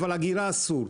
אבל אגירה אסור.